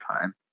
time